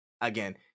again